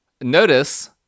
Notice